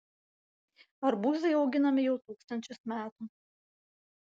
arbūzai auginami jau tūkstančius metų